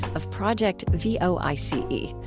of project v o i c e,